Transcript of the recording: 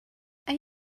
are